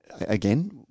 again